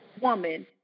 woman